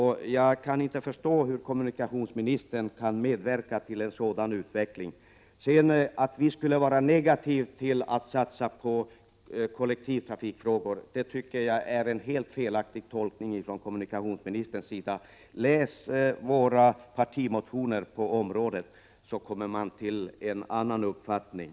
1987/88:33 förstå hur kommunikationsministern kan medverka till en sådan utveckling. 27 november 1987 Att vi i vårt parti skulle vara negativa till satsningar på kollektivtrafiken är Om höjd bensinskatt ett helt felaktigt påstående av kommunikationsministern. Om man läser våra hs Ä ; 5 ä 5 som ett regionalpolipartimotioner på detta område, kommer man fram till en annan uppfattning.